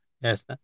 yes